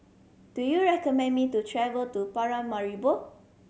do you recommend me to travel to Paramaribo